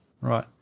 right